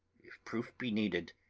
if proof be needed,